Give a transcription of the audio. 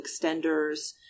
extenders